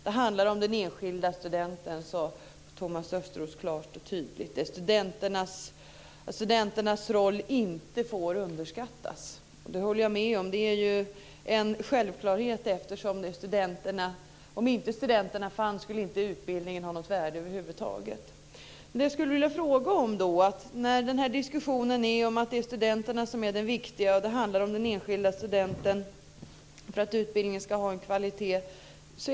Det handlar om den enskilda studenten. Thomas Östros sade klart och tydligt att studenternas roll inte får underskattas. Det håller jag med om. Det är en självklarhet. Om studenterna inte fanns skulle inte utbildningen ha något värde över huvud taget. Jag skulle vilja ställa en fråga ändå. När diskussionen nu är att det är studenterna som är det viktiga, det handlar om den enskilda studenten när man säger att utbildningen ska ha en kvalitet.